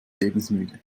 lebensmüde